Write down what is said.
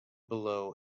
below